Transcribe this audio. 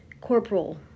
corporal